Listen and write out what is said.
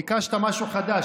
ביקשת משהו חדש,